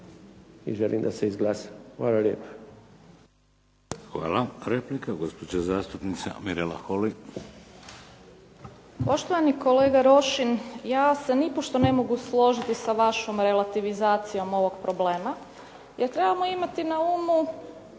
i želim da se izglasa. Hvala lijepa. **Šeks, Vladimir (HDZ)** Hvala. Replika, gospođa zastupnica Mirela Holy. **Holy, Mirela (SDP)** Poštovani kolega Rošin, ja se nipošto ne mogu složiti sa vašom relativizacijom ovog problema jer trebamo imati na umu